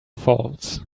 falls